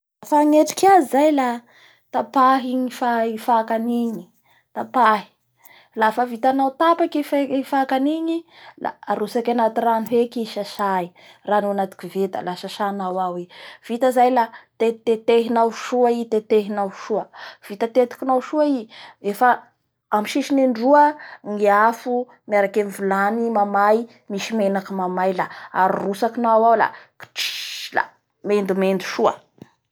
Lafa hagnetriky azy zay a tapahy igny fakany igny tapahy. Lafa vitanao tapaky i fek-fakany igny la arotsaky anaty rano heky i sasay rano anaty koveta la sasanao ao i. Vita zay la tetitetenao soa i. Tetitetenao soa. Vita tetiky soa i efa amin'ny sisiny indroa ny afo miaraky amin'ny vilany may misy menaky mamay la arotsakinao ao a, ktryla mendomendo soa.